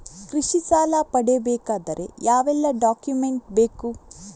ಕೃಷಿ ಸಾಲ ಪಡೆಯಬೇಕಾದರೆ ಯಾವೆಲ್ಲ ಡಾಕ್ಯುಮೆಂಟ್ ಬೇಕು?